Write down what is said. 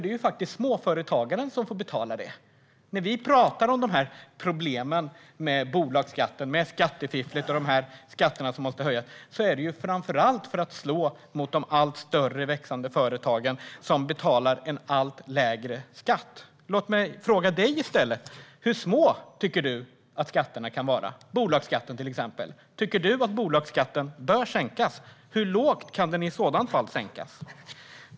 Det är ju faktiskt småföretagaren som får betala det. När vi pratar om problemen med bolagsskatten, med skattefifflet och skatterna som måste höjas är det framför allt för att slå mot de allt större och växande företagen som betalar en allt lägre skatt. Låt mig i stället fråga Larry Söder hur låg han tycker att till exempel bolagsskatten kan vara. Tycker Larry Söder att bolagsskatten bör sänkas? Hur lågt kan den i så fall sänkas?